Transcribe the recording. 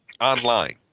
online